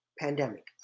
pandemic